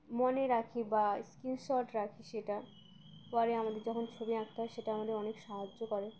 মনে রাখি বা স্ক্রিনশট রাখি সেটা পরে আমাদের যখন ছবি আঁকতে হয় সেটা আমাদের অনেক সাহায্য করে